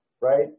right